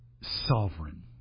sovereign